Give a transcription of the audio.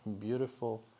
beautiful